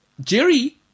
Jerry